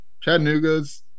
Chattanooga's